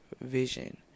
vision